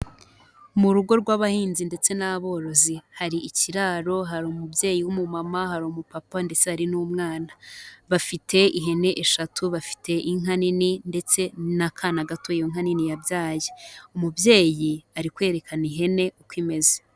Mu rugo rw'abahinzi ndetse n'aborozi hari ikiraro, hari umubyeyi w'umumama, hari umupapa ndetse hari n'umwana. Bafite ihene eshatu, bafite inka nini ndetse n'akana gato iyo nka nini yabyaye. Umubyeyi ari kwerekana ihene uko imeze.